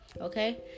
okay